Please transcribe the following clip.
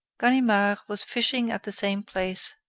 ganimard was fishing at the same place,